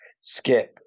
Skip